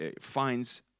finds